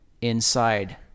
inside